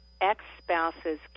ex-spouses